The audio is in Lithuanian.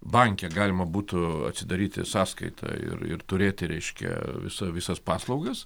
banke galima būtų atsidaryti sąskaitą ir ir turėti reiškia visą visas paslaugas